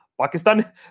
Pakistan